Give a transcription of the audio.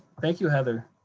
thank you, heather.